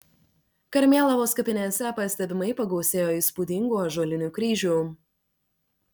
karmėlavos kapinėse pastebimai pagausėjo įspūdingų ąžuolinių kryžių